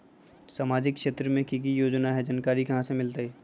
सामाजिक क्षेत्र मे कि की योजना है जानकारी कहाँ से मिलतै?